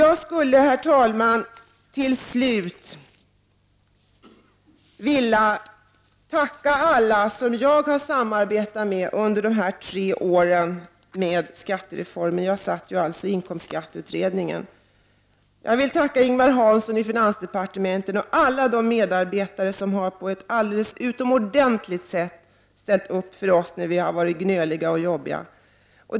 Jag vill här begagna tillfället att tacka alla som jag samarbetat med under de tre åren vi arbetat med inkomstsskatteutredningen. Jag vill tacka Ingemar Hansson i finansdepartementet och alla de medarbetare som på ett utomordentligt sätt ställt upp för oss när vi varit gnälliga och jobbiga, som det heter.